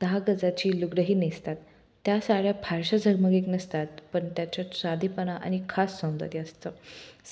दहा गजाची लुगडंही नेसतात त्या साड्या फारशा झगमगीत नसतात पण त्याच्यात साधीपणा आणि खास सौंदर्य असतं